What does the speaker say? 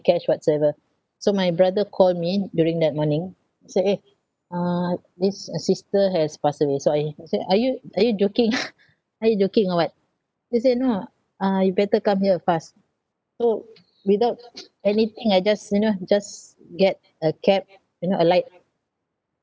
cash whatsoever so my brother called me during that morning said eh uh this uh sister has passed away so I said are you are you joking are you joking or what he said no uh you better come here fast so without anything I just you know just get a cab you know alight